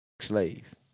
slave